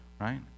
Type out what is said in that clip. right